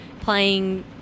playing